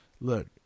Look